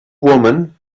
woman